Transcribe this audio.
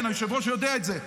היושב-ראש יודע את זה.